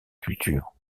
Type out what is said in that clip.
culture